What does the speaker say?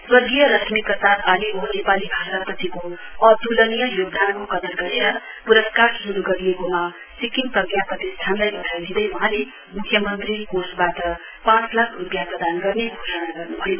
स्वर्गीय रश्मि प्रसाद आलेको नेपाली भाषाप्रतिको अतुलनीय योगदानको कदर गरेर पुरस्कार शुरु गरिएकोमा सिक्किम प्रजा प्रतिष्ठानलाई वधाई दिँदै वहाले मुख्यमन्त्री कोषवाट पाँच लाख रुपियाँ प्रदान गर्ने घोषणा गर्नुभयो